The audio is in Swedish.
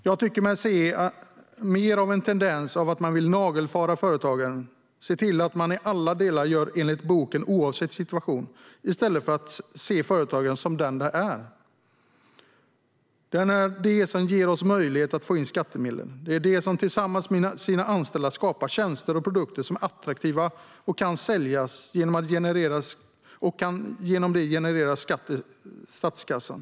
Jag tycker mig se mer av en tendens till att man vill nagelfara företagaren och se till att företagaren i alla delar gör allt enligt boken oavsett situation i stället för att se företagaren som det den är. Det är företagarna som ger oss möjlighet att få in skattemedel. Det är de som tillsammans med sina anställda skapar tjänster och produkter som är attraktiva och kan säljas och genom det genererar skatt till statskassan.